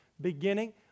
beginning